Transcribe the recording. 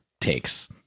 takes